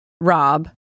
rob